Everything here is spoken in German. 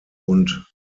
und